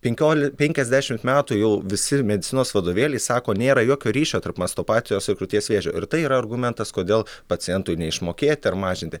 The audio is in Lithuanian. penkiol penkiasdešimt metų jau visi medicinos vadovėliai sako nėra jokio ryšio tarp mastopatijos krūties vėžio ir tai yra argumentas kodėl pacientui neišmokėti ar mažinti